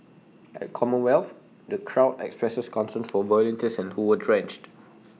at commonwealth the crowd expressed concern for volunteers who were drenched